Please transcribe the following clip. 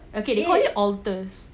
okay dengarnya ni alters